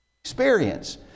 experience